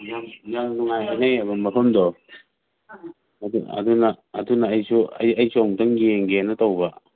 ꯌꯥꯝ ꯅꯨꯡꯉꯥꯏ ꯍꯥꯏꯅꯩꯕ ꯃꯐꯝꯗꯣ ꯑꯗꯨꯅ ꯑꯩꯁꯨ ꯑꯃꯨꯛꯇꯪ ꯌꯦꯡꯒꯦꯅ ꯇꯧꯕ